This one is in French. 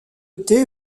côté